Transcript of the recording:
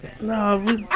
No